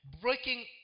breaking